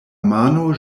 mano